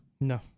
No